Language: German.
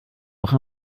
auch